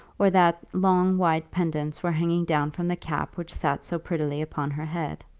or that long white pendants were hanging down from the cap which sat so prettily upon her head.